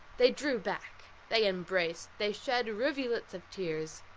they drew back they embraced they shed rivulets of tears.